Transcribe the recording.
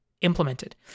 implemented